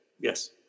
yes